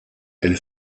elle